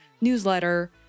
newsletter